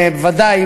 בוודאי,